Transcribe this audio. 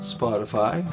Spotify